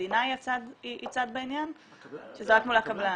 המדינה היא צד בעניין או שזה רק מול הקבלן?